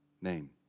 name